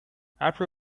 after